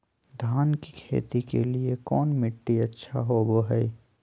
धान की खेती के लिए कौन मिट्टी अच्छा होबो है?